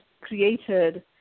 created